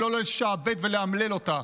ולא לשעבד ולאמלל אותה.